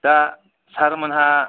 दा सार मोनहा